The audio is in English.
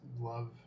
love